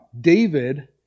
David